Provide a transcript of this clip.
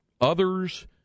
others